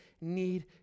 need